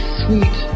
sweet